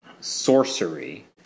Sorcery